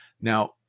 Now